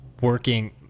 working